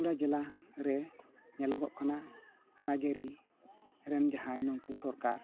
ᱵᱟᱸᱠᱩᱲᱟ ᱡᱮᱞᱟ ᱨᱮ ᱧᱮᱞᱚᱜᱚᱜ ᱠᱟᱱᱟ ᱨᱟᱡᱽ ᱟᱹᱨᱤ ᱨᱮᱱ ᱡᱟᱦᱟᱸᱭ ᱱᱩᱠᱩ ᱥᱚᱨᱠᱟᱨ